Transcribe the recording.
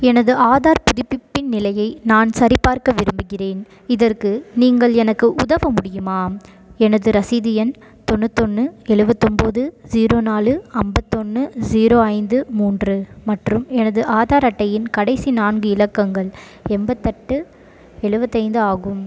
எனது ஆதார் புதுப்பிப்பின் நிலையை நான் சரிபார்க்க விரும்புகின்றேன் இதற்கு நீங்கள் எனக்கு உதவ முடியுமா எனது ரசீது எண் தொண்ணூத்தொன்று எழுபத்தொம்போது ஜீரோ நாலு ஐம்பத்தொன்னு ஜீரோ ஐந்து மூன்று மற்றும் எனது ஆதார் அட்டையின் கடைசி நான்கு இலக்கங்கள் எண்பத்தெட்டு எழுபத்தைந்து ஆகும்